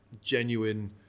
genuine